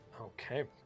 okay